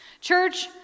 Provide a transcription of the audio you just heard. Church